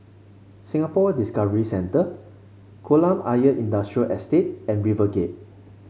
Singapore Discovery Centre Kolam Ayer Industrial Estate and RiverGate